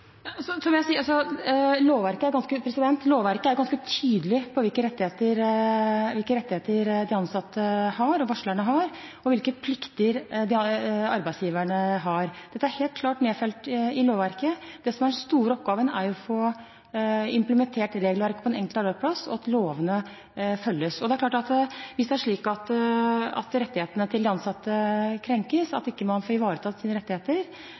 Som jeg sier: Lovverket er ganske tydelig når det gjelder hvilke rettigheter de ansatte og varslerne har, og hvilke plikter arbeidsgiverne har. Dette er helt klart nedfelt i lovverket. Det som er den store oppgaven, er å få implementert regelverket på den enkelte arbeidsplass og at lovene følges. Hvis det er slik at rettighetene til de ansatte krenkes, at de ikke får ivaretatt sine rettigheter,